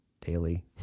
daily